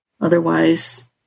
otherwise